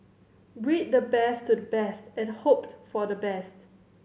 breed the best to the best and hope for the best